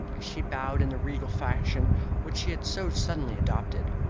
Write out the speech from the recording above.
she bowed in the regal fashion which she had so suddenly adopted.